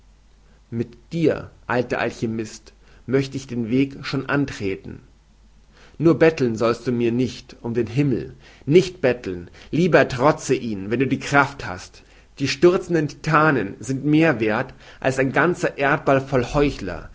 mit dir alter alchymist möchte ich den weg schon antreten nur betteln sollst du mir nicht um den himmel nicht betteln lieber ertroze ihn wenn du kraft hast die stürzenden titanen sind mehr werth als ein ganzer erdball voll heuchler